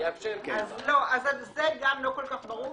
אז זה גם לא כל כך ברור,